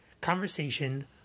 conversation